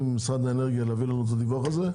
ממשרד האנרגיה להביא לנו את הדיווח הזה.